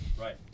Right